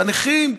והנכים,